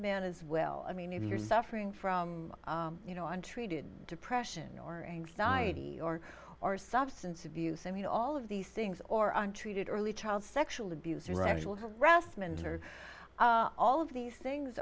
men as well i mean if you're suffering from you know untreated depression or anxiety or or substance abuse i mean all of these things or untreated early child sexual abuse or actual harassment or all of these things